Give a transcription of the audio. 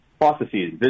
processes